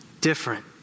different